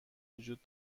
وجود